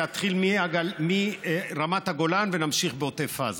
להתחיל מרמת הגולן ולהמשיך בעוטף עזה.